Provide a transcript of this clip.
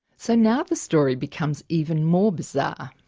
so now the story becomes even more bizarre.